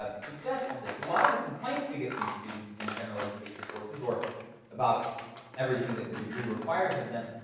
ah suggested this. a lot of the complaints we get from students in general education courses, or about everything that the degree requires of them,